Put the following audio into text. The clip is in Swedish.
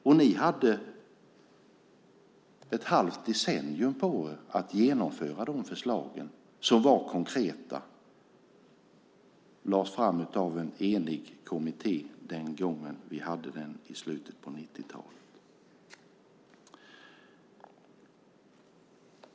Ändå hade ni ett halvt decennium på er för att genomföra de konkreta förslag som lades fram av en enig kommitté den gången i slutet av 90-talet.